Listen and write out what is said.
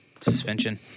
suspension